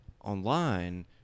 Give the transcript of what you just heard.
online